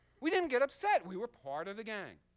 we didn't get upset. we were part of the gang.